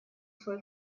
свой